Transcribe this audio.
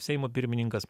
seimo pirmininkas